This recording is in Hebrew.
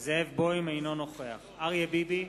אינו נוכח אריה ביבי,